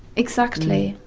exactly.